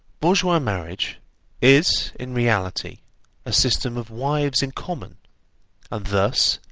bourgeois marriage is in reality a system of wives in common and thus,